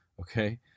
Okay